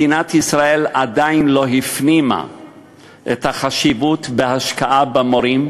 מדינת ישראל עדיין לא הפנימה את חשיבות ההשקעה במורים,